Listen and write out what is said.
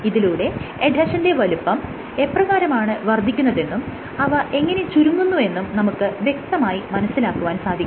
ഇതിലൂടെ എഡ്ഹെഷന്റെ വലുപ്പം എപ്രകാരമാണ് വർദ്ധിക്കുന്നതെന്നും അവ എങ്ങനെ ചുരുങ്ങുന്നു എന്നും നമുക്ക് വ്യക്തമായി മനസ്സിലാക്കുവാൻ സാധിക്കും